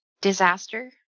Disaster